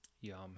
yum